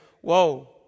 whoa